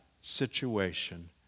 situation